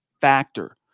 Factor